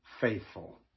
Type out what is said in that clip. faithful